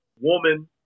Woman